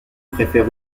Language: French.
préfère